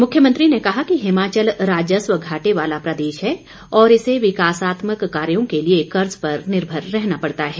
मुख्यमंत्री ने कहा कि हिमाचल राजस्व घाटे वाला प्रदेश है और इसे विकासात्मक कार्यों के लिए कर्ज पर निर्भर रहना पड़ता है